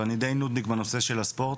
ושאני די נודניק עם הנושא של הספורט.